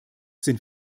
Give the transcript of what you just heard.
sind